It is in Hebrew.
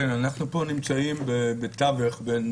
אנחנו נמצאים פה בתווך בין